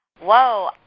Whoa